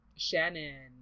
Shannon